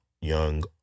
young